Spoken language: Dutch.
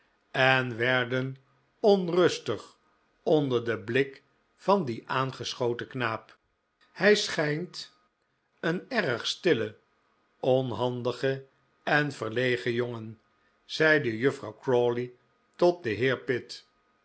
en werden onrustig onder den blik van dien aangeschoten knaap hij schijnt een erg stille onhandige en verlegen jongen zeide juffrouw crawley tot den heer pitt